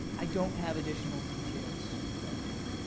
i don't have additional details right now.